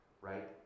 right